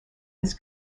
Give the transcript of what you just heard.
his